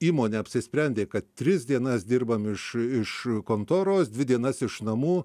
įmonė apsisprendė kad tris dienas dirbam iš iš kontoros dvi dienas iš namų